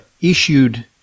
issued